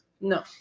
No